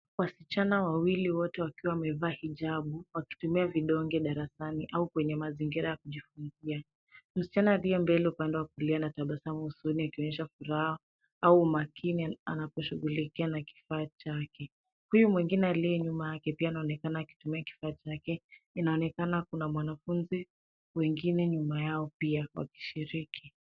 Wasichana wawili, wote wakiwa wamevaa hijabu wakitumia vidonge darasani au kwenye mazingira ya kujifunzia. Msichana aliye mbele, upande wa kulia, anatabasamu usoni akionyesha furaha au umakini anaposhughulikia na kifaa chake. Huyu mwengine, aliye nyuma yake pia anaonekana akitumia kifaa chake. Inaonekana mwanafunzi mwengine nyuma yao pia wakishiriki